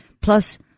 Plus